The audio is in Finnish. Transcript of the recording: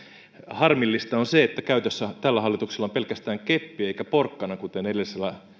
harmillista on se että käytössä tällä hallituksella on pelkästään keppi eikä porkkana kuten edellisellä